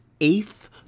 eighth